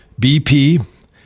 bp